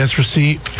receipt